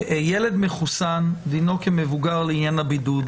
ילד מחוסן, דינו כמבוגר לעניין הבידוד.